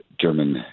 German